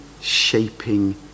shaping